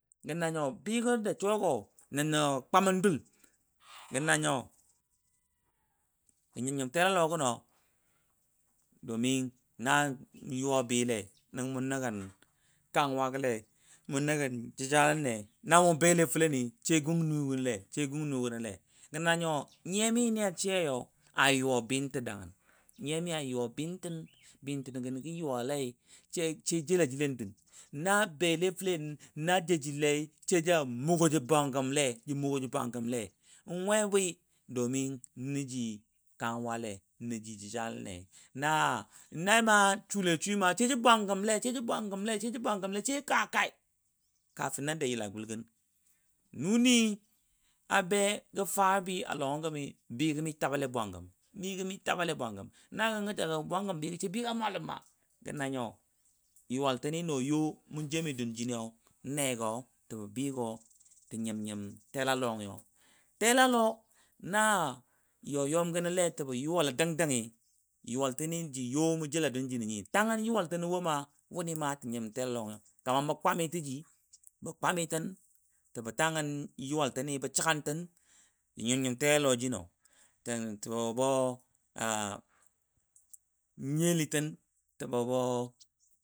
Gə nanyo, bɨɨgo; ja suwa go nən nə kwamən dUL gə nanyo, gə nyəm nyem tɛLalo; gəno domin namu nyuwa bɨɨ go; Lɛi nəngə mu; nəgən kanwa gə Lɛ, mu; nəgən jə ja Lənnɛ, na mu; bɛLɛ FəLɛnɨ sai gung nugənə Lɛ sai gung nu gə nəLɛ. Gə nanyo, nyiyamɨ nɨ a shɨyayo, a yʊwa bɨɨn tə dangən, nyiya mɨ a yʊwa bɨɨn tɨn, bɨɨtə gənə gə yʊwaLɛi, sai jɛLa jiLɛ nən dun. Na bɛLɛ fəLɛn, na- joujiLɛi sai ja mugɔ Ja bwangəmLɛ, ja mʊgo ja bwangəmLɛ, N wɛ bwi domin nəji kanwa Lɛ nəji jə jaLən nɛ na ma na suLɛsui sai jə bwanggəmLɛ sai kaa kaai kafin nan ja yəLagʊLgən nʊni abɛ gə faabɨ a Lɔngəgəmi, bɨɨ mi tabale bwanggəm bɨɨ gə mɨ taba bwaggəm, na gəngɔ səgə bwangtən bɨɨgɨ sai bɨɨ ga mwaLəm gə nanyo, yʊwaL tɨnnɨnɔnɔ yo mu jɛmi dun jinɨ nɛgɔ jəbə bɨɨgɔ ja nyəm nyəm tɛLa Lɔjɨ yo. TɛLaLɔ na- yɔ yɔm gənəLɛ jəbɔ yʊwali. kamar bə kwami, segan ja nyim nyim TɛLaLo jinɔ bə nyeli ja nyim nyim telalɔ jinɔ.